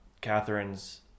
Catherine's